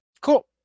Cool